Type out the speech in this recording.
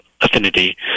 affinity